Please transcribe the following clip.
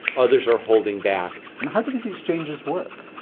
others are holding back. and how do these exchanges work?